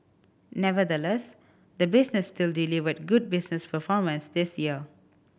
nevertheless the business still delivered good business performance this year